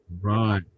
Right